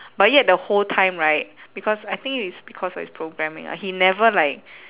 but yet the whole time right because I think it's because it's programming ah he never like